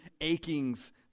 achings